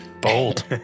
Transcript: bold